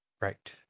right